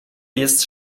jest